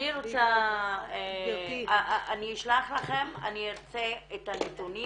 אני אשלח לכם, אני ארצה את הנתונים